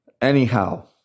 Anyhow